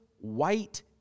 white